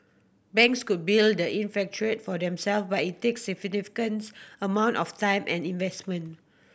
banks could build that infrastructure for themselves but it takes significant amounts of time and investment